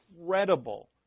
incredible